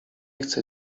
chcę